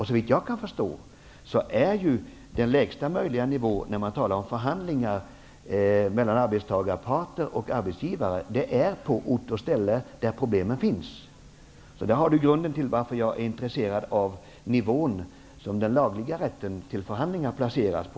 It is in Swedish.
Såvitt jag kan förstå är den lägsta möjliga nivån, när man talar om förhandlingar mellan arbetstagarparter och arbetsgivare, på ort och ställe där problemen finns. Det är grunden till varför jag är intresserad av den nivå som den lagliga rätten till förhandlingar placeras på.